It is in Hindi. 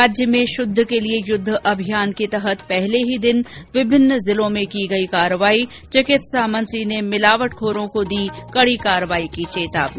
राज्य में शुद्ध के लिए युद्ध अभियान के तहत पहले ही दिन विभिन्न जिलों में की गई कार्यवाही चिकित्सा मंत्री ने मिलावटखोरों को दी कड़ी कार्रवाई की चेतावनी